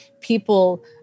people